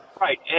right